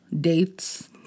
dates